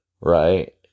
right